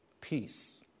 peace